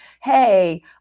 hey